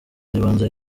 z’ibanze